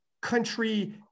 country